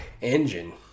engine